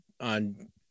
on